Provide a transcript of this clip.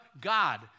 God